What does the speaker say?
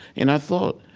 and i thought,